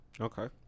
Okay